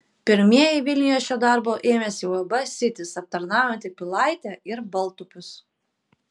pirmieji vilniuje šio darbo ėmėsi uab sitis aptarnaujanti pilaitę ir baltupius